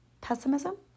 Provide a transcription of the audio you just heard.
Pessimism